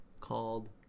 called